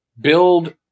Build